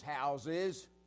houses